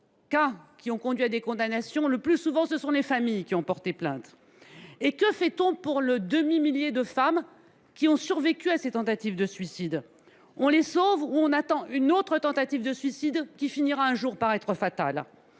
cas qui ont conduit à des condamnations, ce sont le plus souvent les familles qui ont porté plainte. Et que fait on pour le demi millier de femmes qui ont survécu à ces tentatives de suicide ? Les sauve t on, ou attend on une autre tentative de suicide qui, cette fois, sera fatale ?